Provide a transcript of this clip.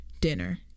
dinner